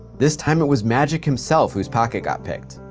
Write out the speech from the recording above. this time, it was magic himself whose pocket got picked.